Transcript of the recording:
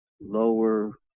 lower